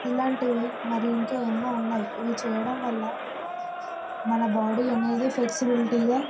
ఇలాంటివి మరి ఇంకా ఎన్నో ఉన్నాయి ఇవి చేయడం వల్ల మన బాడీ అనేది ఫ్లెక్సిబిలిటీగా